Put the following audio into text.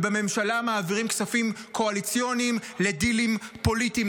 ובממשלה מעבירים כספים קואליציוניים לדילים פוליטיים,